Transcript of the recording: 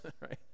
right